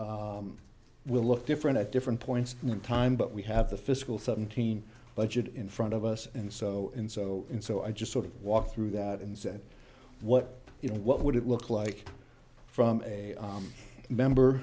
that will look different at different points in time but we have the fiscal seventeen budget in front of us and so and so and so i just sort of walk through that and said what you know what would it look like from a member